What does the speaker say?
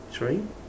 sorry